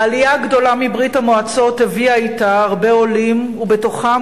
העלייה הגדולה מברית-המועצות הביאה אתה הרבה עולים ובתוכם